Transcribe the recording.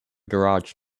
garage